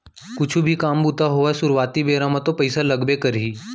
कुछु भी काम बूता होवय सुरुवाती बेरा म तो पइसा लगबे करही